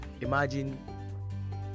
imagine